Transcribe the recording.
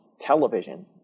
television –